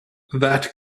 that